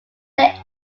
lay